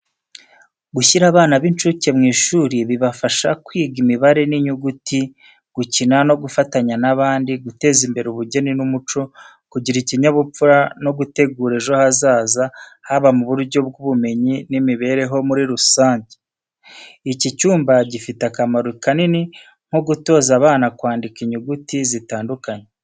Gushyira abana b’incuke mu ishuri bibafasha kwiga imibare n’inyuguti, gukina no gufatanya n’abandi, guteza imbere ubugeni n’umuco, kugira ikinyabupfura, no gutegura ejo hazaza haba mu buryo bw’ubumenyi n’imibereho muri rusange. Iki cyumba gifite akamaro kanini nko gutoza abana kwandika inyuguti zitandukanye.